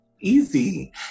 easy